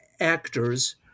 actors